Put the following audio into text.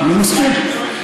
אני מסכים,